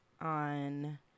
on